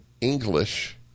English